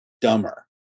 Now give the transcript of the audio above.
dumber